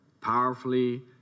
powerfully